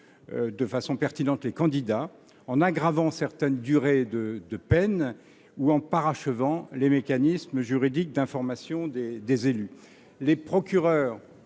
de façon pertinente, les candidats, en allongeant certaines durées de peine ou en parachevant les mécanismes juridiques d’information des élus.